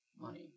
money